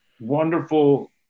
wonderful